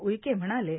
Uike म्हणालेए